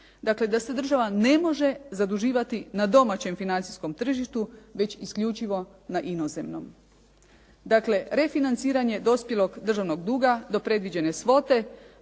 Dakle, da se država ne može zaduživati na domaćem financijskom tržištu, već isključivo na inozemnom. Dakle, refinanciranje dospjelog državnog duga do predviđene svote